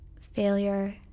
failure